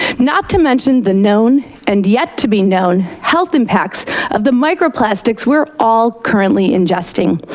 not to mention the known and yet to be known health impacts of the microplastics we're all currently ingesting,